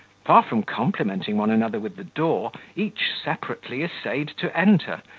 far from complimenting one another with the door, each separately essayed to enter,